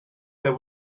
there